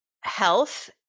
health